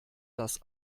das